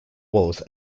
walls